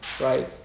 Right